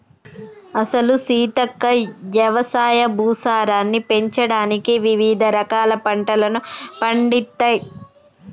అసలు సీతక్క యవసాయ భూసారాన్ని పెంచడానికి వివిధ రకాల పంటలను పండిత్తమ్